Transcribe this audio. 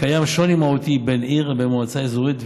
קיים שוני מהותי בין עיר לבין מועצה אזורית,